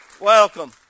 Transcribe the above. welcome